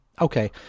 okay